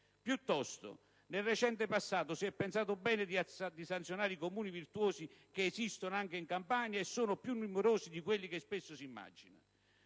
Piuttosto, nel recente passato, si è pensato bene di sanzionare i Comuni virtuosi che esistono anche in Campania e sono più numerosi di quello che spesso si immagina.